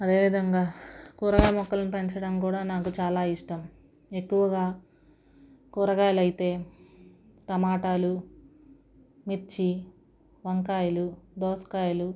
అదేవిధంగా కూరగాయ మొక్కలను పెంచడం కూడా నాకు చాలా ఇష్టం ఎక్కువగా కూరగాయాలు అయితే టమాటాలు మిర్చి వంకాయలు దోసకాయలు